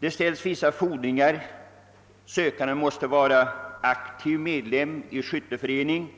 Det ställs vissa fordringar: sökanden måste vara aktiv medlem i skytteförening, i